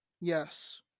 yes